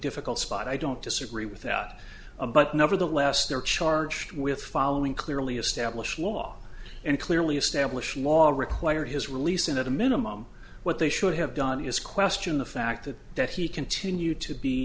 difficult spot i don't disagree with that but nevertheless they're charged with following clearly establish law and clearly establish law and require his release and at a minimum what they should have done is question the fact that he continued to be